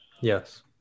Yes